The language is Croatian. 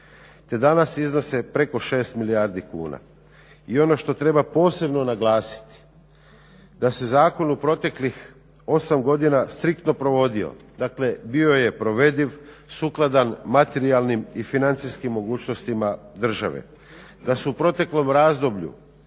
te danas iznose preko 6 milijardi kuna. I ono što treba posebno naglasiti da se zakon u proteklih 8 godina striktno provodio, dakle bio je provediv sukladan materijalnim i financijskim mogućnostima države. Da su u proteklom razdoblju